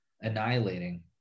annihilating